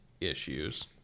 issues